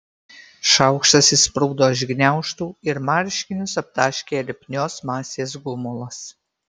šaukštas išsprūdo iš gniaužtų ir marškinius aptaškė lipnios masės gumulas